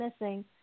missing